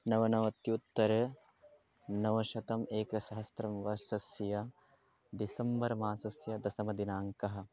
नवनवत्युत्तरनवशतम् एकसहस्रं वर्षस्य डिसम्बर् मासस्य दशमदिनाङ्कः